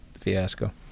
fiasco